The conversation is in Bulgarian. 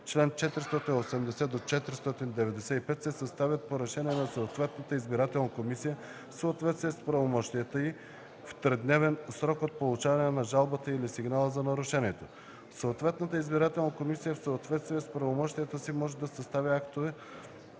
чл. 480 – 495 се съставят по решение на съответната избирателна комисия в съответствие с правомощията й в тридневен срок от получаване на жалбата или сигнала за нарушението. Съответната избирателна комисия в съответствие с правомощията си може да съставя актовете